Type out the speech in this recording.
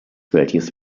welches